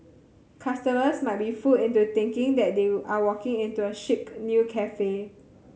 customers might be fooled into thinking that they are walking into a chic new cafe